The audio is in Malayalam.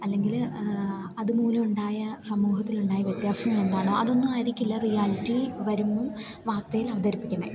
അല്ലെങ്കിൽ അതു മൂലം ഉണ്ടായാൽ സമൂഹത്തിലുണ്ടായ വ്യത്യാസങ്ങളെന്താണോ അതൊന്നും ആയിരിക്കില്ല റിയാലിറ്റി വരുമ്പം വാര്ത്തയിൽ അവതരിപ്പിക്കുന്നത്